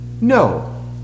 No